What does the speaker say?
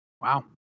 Wow